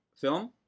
film